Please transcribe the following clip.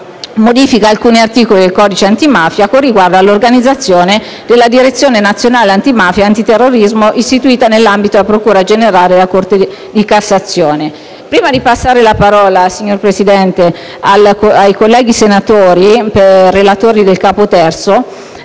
modifica alcuni articoli del codice antimafia con riguardo all'organizzazione della Direzione nazionale antimafia e antiterrorismo istituita nell'ambito della procura generale della Corte di cassazione. Signor Presidente, prima di passare la parola ai colleghi senatori relatori sul capo III,